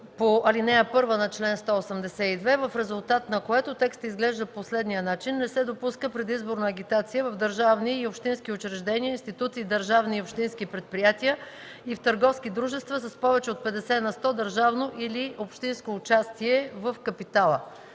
по ал. 1 на чл. 182, в резултат на което текстът изглежда по следния начин: „Не се допуска предизборна агитация в държавни и общински учреждения, институции, държавни и общински предприятия, и в търговски дружества с повече от 50 на сто държавно или общинско участие в капитала”.